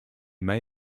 may